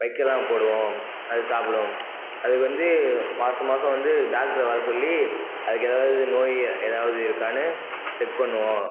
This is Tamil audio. வைக்கல்லாம் போடுவோம் அது சாப்பிடும் அதுக்கு வந்து மாசம் மாசம் வந்து டாக்ட்ரை வர சொல்லி அதுக்கு எதாவது நோய் எதாவது இருக்கான்னு செக் பண்ணுவோம்